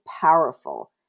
powerful